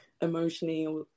emotionally